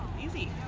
easy